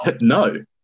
No